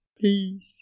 Please